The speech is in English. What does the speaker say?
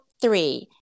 three